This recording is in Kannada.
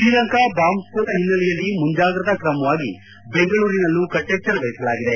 ಶ್ರೀಲಂಕಾ ಬಾಂಬ್ ಸ್ತೋಟ ಹಿನ್ನೆಲೆಯಲ್ಲಿ ಮುಂಜಾಗ್ರತಾ ಕ್ರಮವಾಗಿ ಬೆಂಗಳೂರಿನಲ್ಲೂ ಕಟ್ಟೆಚ್ಚರ ವಹಿಸಲಾಗಿದೆ